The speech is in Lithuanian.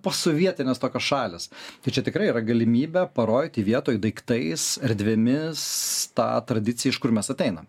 posovietinės tokios šalys tai čia tikrai yra galimybė parodyti vietoj daiktais erdvėmis tą tradiciją iš kur mes ateinam